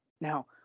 Now